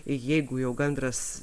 jeigu jau gandras